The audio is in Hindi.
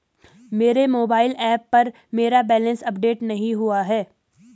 मेरे मोबाइल ऐप पर मेरा बैलेंस अपडेट नहीं हुआ है